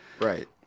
Right